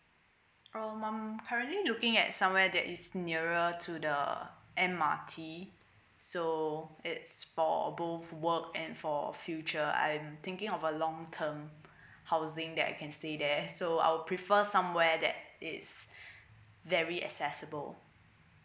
oh I'm currently looking at somewhere that is nearer to the M_R_T so it's for both work and for future I am thinking of a long term housing that I can stay there so I will prefer somewhere that is very accessible